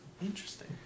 Interesting